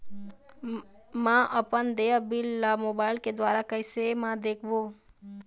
म अपन देय बिल ला मोबाइल के द्वारा कैसे म देखबो?